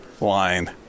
line